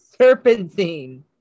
Serpentine